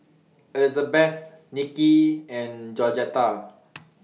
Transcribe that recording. Elizabeth Nicky and Georgetta